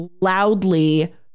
loudly